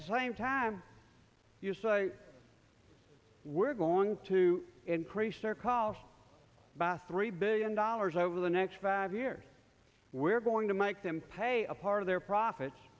the same time we're going to increase our call boss three billion dollars over the next five years we're going to make them pay a part of their profits